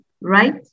right